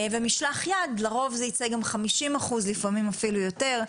ובמשלח יד לרוב זה גם ייצא 50% ולפעמים אפילו יותר,